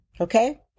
okay